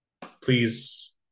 please